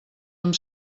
amb